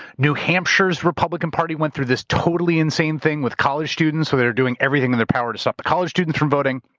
new hampshire's republican party went through this totally insane thing with college students where they were doing everything in their power to stop the college students from voting.